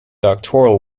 doctoral